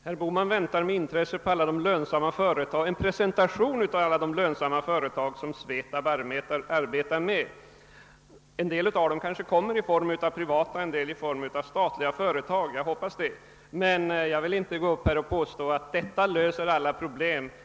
Herr talman! Herr Bohman väntar med intresse på att få presentation av alla de lönsamma företag som SVETAB arbetar med. En del av dem kanske kommer i form av privata, en del i form av statliga företag; jag hoppas det. Men jag vill inte gå upp här och påstå att detta löser alla problem.